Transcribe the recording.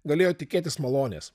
galėjo tikėtis malonės